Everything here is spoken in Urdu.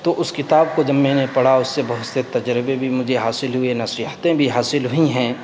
تو اس کتاب کو جب میں نے پڑھا اس سے بہت سے تجربے بھی مجھے حاصل ہوئے نصیحتیں بھی حاصل ہوئی ہیں